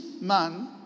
man